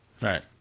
Right